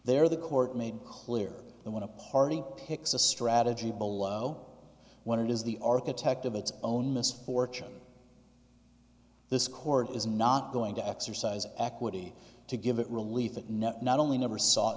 there the court made clear that when a party picks a strategy below when it is the architect of its own misfortune this court is not going to exercise equity to give it relief that net not only never saw